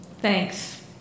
Thanks